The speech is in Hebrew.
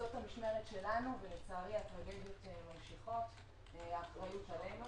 זאת המשמרת שלנו, האחריות עלינו